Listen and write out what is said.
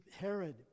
Herod